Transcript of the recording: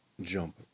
jump